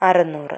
അറുന്നൂറ്